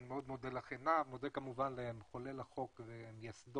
אני מאוד מודה ליושבת-ראש הוועדה ולמחולל החוק ומייסדו,